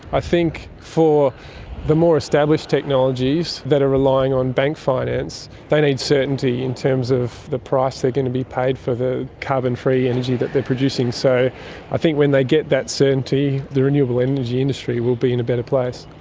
i think for the more established technologies that are relying on bank finance, they need certainty in terms of the price they are going to be paid for the carbon-free energy that they are producing. so i think when they get that certainty, the renewable energy industry will be in a better place.